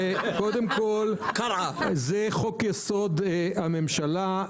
קודם כל, זה חוק-יסוד: הממשלה.